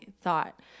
thought